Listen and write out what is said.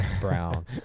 Brown